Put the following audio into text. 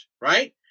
right